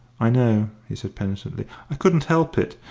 i know, he said penitently i couldn't help it.